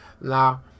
Now